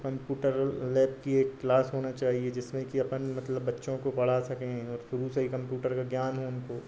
तो computer lab की एक क्लास होना चाहिए जिसमें कि अपन मतलब बच्चों को पढ़ सकें शुरू से ही कम्पुटर का ज्ञान हो उनको